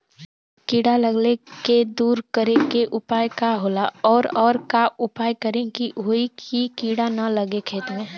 कीड़ा लगले के दूर करे के उपाय का होला और और का उपाय करें कि होयी की कीड़ा न लगे खेत मे?